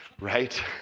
right